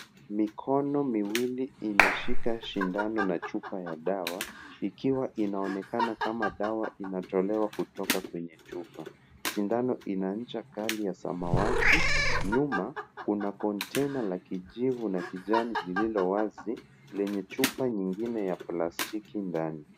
Mikono miwili inashika sindano na chupa ya dawa ikiwa inaonekana kama dawa inatolewa kutoka kwenye chupa. Sindano ina ncha kali ya samawati. Nyuma kuna kontena la kijivu na kijani lililowazi lenye chupa nyingine ya plastiki ndani.